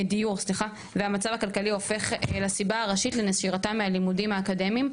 והמצב הכלכלי הופך לסיבה העיקרית לנשירתם מהלימודים האקדמאיים,